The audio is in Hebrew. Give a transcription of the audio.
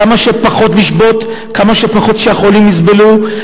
כמה שפחות לשבות, כמה שפחות שהחולים יסבלו.